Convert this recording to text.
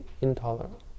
intolerable